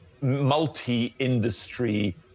multi-industry